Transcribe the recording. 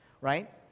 right